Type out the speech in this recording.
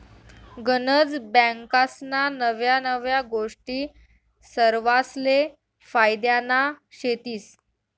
गनज बँकास्ना नव्या नव्या गोष्टी सरवासले फायद्यान्या शेतीस